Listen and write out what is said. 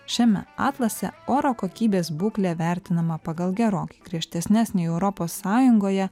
šiame atlase oro kokybės būklė vertinama pagal gerokai griežtesnes nei europos sąjungoje